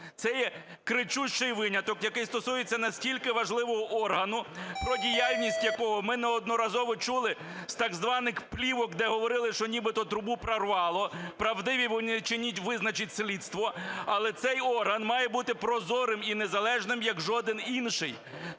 Це є кричущий виняток, який стосується настільки важливого органу, про діяльність якого ми неодноразово чули з так званих плівок, де говорили, що нібито "Трубу прорвало". Правдиві вони чи ні, визначить слідство. Але цей орган має бути прозорим і незалежним як жоден інший.